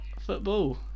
Football